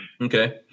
okay